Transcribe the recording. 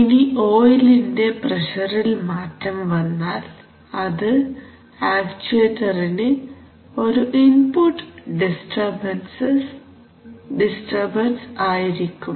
ഇനി ഓയിലിൻറെ പ്രഷറിൽ മാറ്റം വന്നാൽ അത് ആക്ചുവേറ്ററിന് ഒരു ഇൻപുട്ട് ഡിസ്റ്റർബൻസ് ആയിരിക്കും